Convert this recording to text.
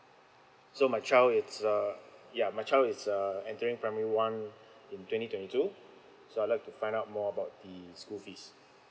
so my child is uh ya my child is uh entering primary one in twenty twenty two so I'd like to find out more about the school fees